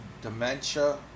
dementia